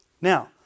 Now